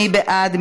מי בעד?